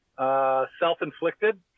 Self-inflicted